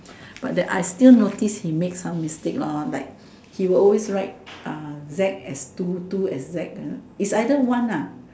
but that I still notice he make some mistake like he will always write Z as two two as Z is either one